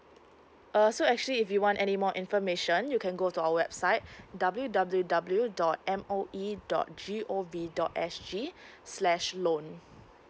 uh so actually if you want any more information you can go to our website w w w dot M O E dot g o v dot s g slash loan